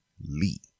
Lee